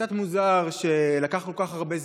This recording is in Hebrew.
קצת מוזר שלקח כל כך הרבה זמן,